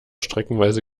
streckenweise